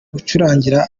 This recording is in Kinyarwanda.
gucurangira